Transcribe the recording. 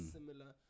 similar